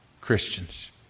Christians